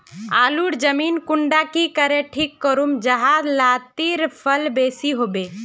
आलूर जमीन कुंडा की करे ठीक करूम जाहा लात्तिर फल बेसी मिले?